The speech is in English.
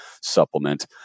supplement